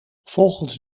volgens